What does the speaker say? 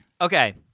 Okay